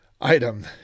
item